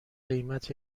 قیمت